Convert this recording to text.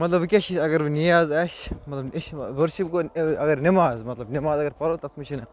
مطلب وُنکٮ۪س چھِس اَگر وُنۍ نیاز آسہِ مطلب أسۍ وۅنۍ چھُ گۅڈٕ اگر نیمازمطلب نیماز اَگَر پرو تتھ منٛز چھِ نہٕ